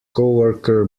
coworker